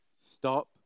Stop